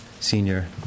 senior